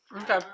Okay